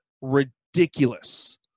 ridiculous